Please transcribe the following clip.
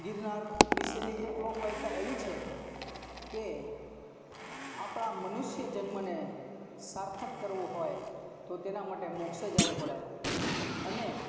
ગિરનાર વિષેની એક લોક વાયકા એવી છે કે આપણા મનુષ્ય જન્મને સાર્થક કરવું હોય તો તેના માટે મોક્ષે જવું પડે અને